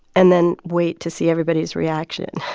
and then wait to see everybody's reaction.